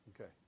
Okay